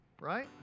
Right